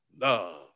love